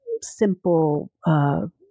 simple